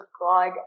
God